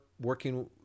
working